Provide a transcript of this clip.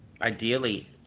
Ideally